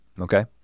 okay